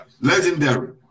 Legendary